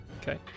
Okay